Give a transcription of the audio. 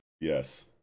Yes